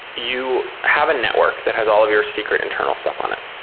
you have a network that has all of your secret internal stuff on it.